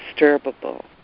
undisturbable